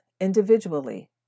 individually